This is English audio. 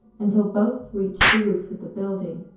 until both reached the roof of the building.